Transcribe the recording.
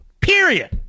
Period